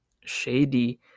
shady